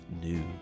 new